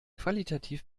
qualitativ